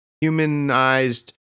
humanized